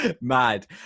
Mad